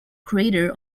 crater